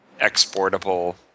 exportable